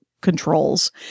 controls